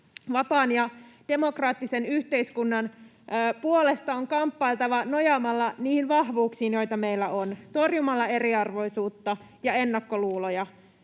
Vapaan ja demokraattisen yhteiskunnan puolesta on kamppailtava nojaamalla niihin vahvuuksiin, joita meillä on, torjumalla eriarvoisuutta ja ennakkoluuloja,